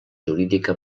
jurídica